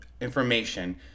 information